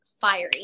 fiery